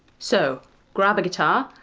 so grab a guitar,